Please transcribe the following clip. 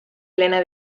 elena